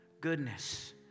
goodness